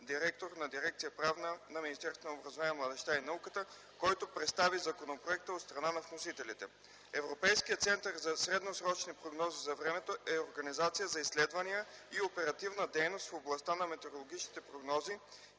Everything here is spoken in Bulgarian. директор на дирекция „Правна” на Министерството на образованието, младежта и науката, който представи законопроекта от страна на вносителите. Европейският център за средносрочни прогнози за времето е организация за изследвания и оперативна дейност в областта на метеорологичните прогнози